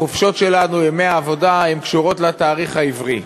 החופשות שלנו, ימי העבודה, קשורים לתאריך העברי.